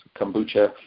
kombucha